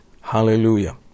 Hallelujah